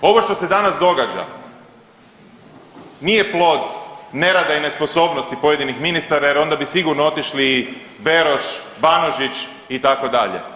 Ovo što se danas događa nije plod nerada i nesposobnosti pojedinih ministara jer onda bi sigurno otišli i Beroš, Banožić itd.